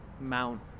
mount